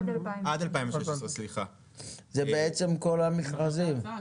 זה בעצם כל המכרזים?